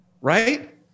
right